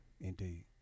Indeed